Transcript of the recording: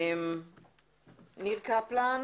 ניר קפלן,